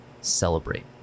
celebrate